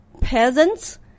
peasants